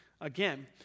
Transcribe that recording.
again